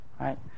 Right